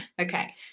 Okay